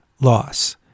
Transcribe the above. loss